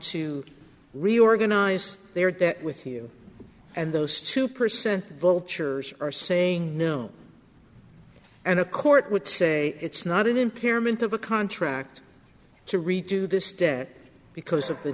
to reorganize their debt with you and those two percent vultures are saying no and a court would say it's not an impairment of a contract to redo this debt because of the